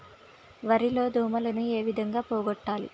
వరి లో దోమలని ఏ విధంగా పోగొట్టాలి?